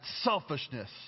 selfishness